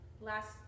last